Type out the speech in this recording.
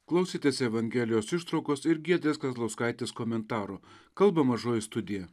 klausėtės evangelijos ištraukos ir giedrės kazlauskaitės komentaro kalba mažoji studija